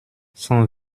cent